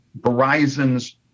Verizon's